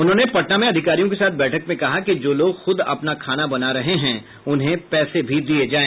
उन्होंने पटना में अधिकारियों के साथ बैठक में कहा कि जो लोग खुद अपना खाना बना रहे हैं उन्हें पैसा भी दिया जाए